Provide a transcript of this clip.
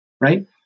right